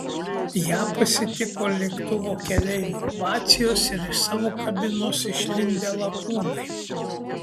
ją pasitiko lėktuvo keleivių ovacijos ir iš savo kabinos išlindę lakūnai